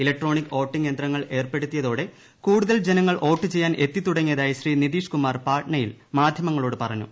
electronic voting യന്ത്രങ്ങൾ ഏർപ്പെടുത്തിയതോടെ കൂടുതൽ ജനങ്ങൾ വോട്ട് ചെയ്യാൻ എത്തിത്തുടങ്ങിയതായി ശ്രീ നിതീഷ്കുമാർ പാറ്റ്നയിൽ മാധ്യമങ്ങളോട് പറഞ്ഞു